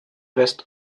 west